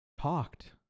talked